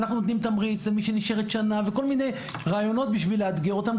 אנחנו נותנים תמריץ למי שנשארת שנה וכל מיני רעיונות בשביל לאתגר אותם,